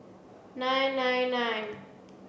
nine nine nine